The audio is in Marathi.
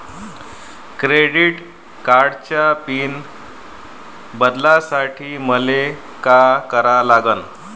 क्रेडिट कार्डाचा पिन बदलासाठी मले का करा लागन?